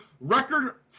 record